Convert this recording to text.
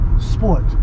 sport